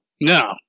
no